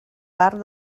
part